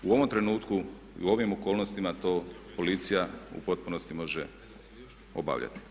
U ovom trenutku i u ovim okolnostima to policija u potpunosti može obavljati.